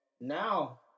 now